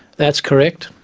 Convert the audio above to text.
that is correct.